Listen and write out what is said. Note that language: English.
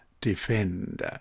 defend